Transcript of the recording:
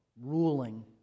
ruling